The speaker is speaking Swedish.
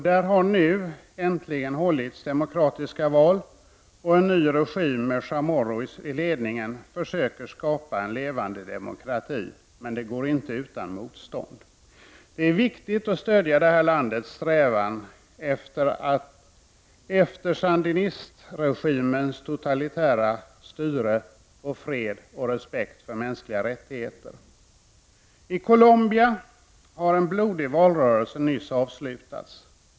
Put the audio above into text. Där har nu äntligen hållits demokratiska val, och en ny regim med Chamorro i ledningen försöker skapa en levande demokrati. Men det går inte utan motstånd. Det är viktigt att stödja landets strävan att efter sandinistregimens totalitära styre få fred och respekt för mänskliga rättigheter. I Colombia har en blodig valrörelse nyss avslutats.